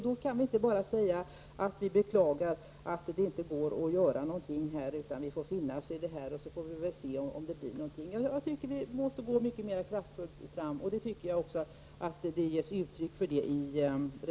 Då kan vi inte bara säga att vi beklagar att det inte går att göra någonting utan vi måste finna oss i situationerna och se om det blir någon ändring. Vi måste gå mer kraftfullt fram. Detta ger reservationen uttryck för.